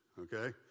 okay